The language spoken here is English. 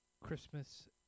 Christmas